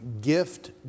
Gift